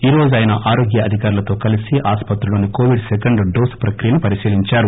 ఈరోజు ఆయన ఆరోగ్య అధికారులతో కలిసి ఆసుపత్రిలోని కోవిడ్ సెకండ్ డోస్ ప్రక్రియను పరిశీలించారు